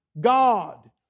God